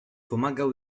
pomagał